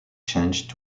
changed